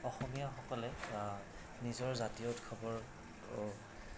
অসমীয়াসকলে নিজৰ জাতীয় উৎসৱৰ